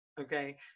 okay